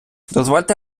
дозвольте